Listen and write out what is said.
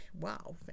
Wow